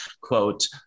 quote